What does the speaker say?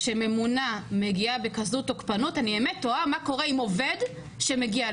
כשממונה מגיעה בכזאת תוקפנות אני באמת תוהה מה קורה עם עובד שמגיע לכאן,